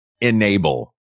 enable